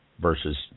versus